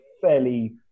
fairly